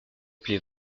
plait